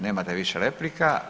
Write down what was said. Nemate više replika.